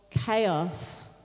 chaos